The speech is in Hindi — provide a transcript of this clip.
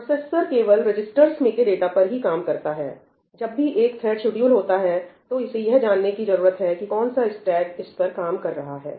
प्रोसेसर केवल रजिस्टर्स में के डाटा पर ही काम करता है जब भी एक थ्रेड शेड्यूल्ड होता है तो इसे यह जानने की जरूरत है कि कौन सा स्टेक इस पर काम कर रहा है